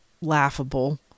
laughable